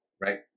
right